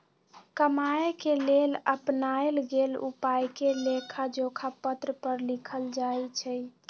कमाए के लेल अपनाएल गेल उपायके लेखाजोखा पत्र पर लिखल जाइ छइ